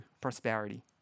prosperity